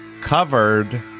Covered